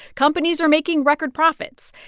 companies are making record profits.